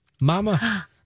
Mama